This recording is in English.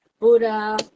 Buddha